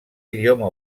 idioma